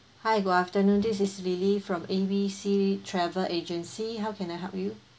hi good afternoon this is lily from ABC travel agency how can I help you